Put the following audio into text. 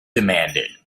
demanded